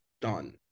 done